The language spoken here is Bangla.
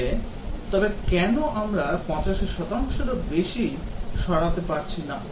তবে তবে কেন আমরা 85 শতাংশেরও বেশি সরাতে পারছি না